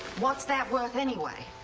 what's that worth anyway?